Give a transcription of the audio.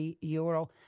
euro